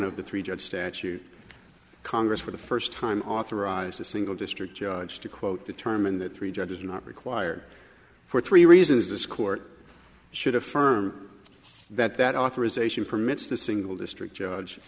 of the three judge statute congress for the first time authorized a single district judge to quote determine that three judges are not required for three reasons this court should affirm that that authorization permits the single district judge